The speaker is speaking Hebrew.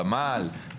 עמל,